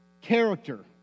character